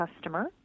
customer